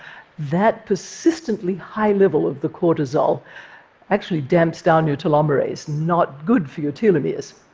that persistently high level of the cortisol actually damps down your telomerase. not good for your telomeres.